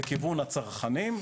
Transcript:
לכיוון הצרכנים.